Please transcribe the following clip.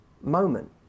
moment